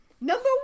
number